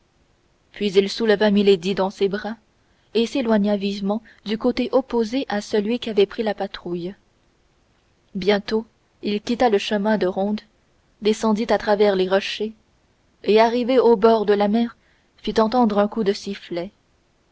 puis il souleva milady dans ses bras et s'éloigna vivement du côté opposé à celui qu'avait pris la patrouille bientôt il quitta le chemin de ronde descendit à travers les rochers et arrivé au bord de la mer fit entendre un coup de sifflet